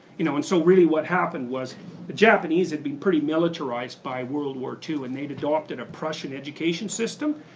you know and so really what happened was the japanese had been pretty militarized by world war ii, and they adopted a prussian education system.